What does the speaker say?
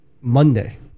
Monday